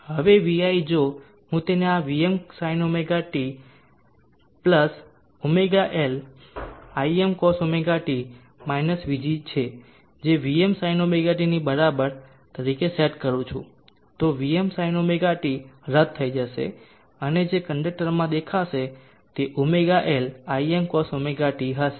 હવે Vi જો હું તેને આ Vmsinωt ωL Imcosωt vg જે Vmsinωt ની બરાબર તરીકે સેટ કરું છું તો Vmsinωt રદ થઈ જશે અને જે કંડક્ટરમાં દેખાશે તે ωL Imcosωt હશે